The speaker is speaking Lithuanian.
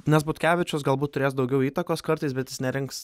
nes butkevičius galbūt turės daugiau įtakos kartais bet jis nerinks